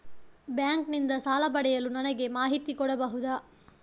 Bank ನಿಂದ ಸಾಲ ಪಡೆಯಲು ನನಗೆ ಮಾಹಿತಿ ಕೊಡಬಹುದ?